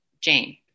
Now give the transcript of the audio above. Jane